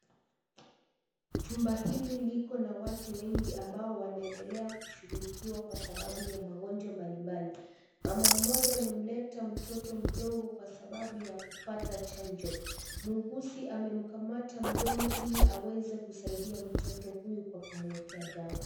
Chumba hili liko na watu wengi ambao wanaendelea kushughulikiwa kwa sababu ya magonjwa mbalimbali. Mama mmoja amemleta mtoto mdogo kwa sababu ya kupata chanjo. Mhuguzi amemkamata mdomo ili aweze kusaidia mtoto huyu kwa kumwekea dawa.